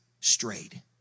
strayed